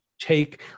take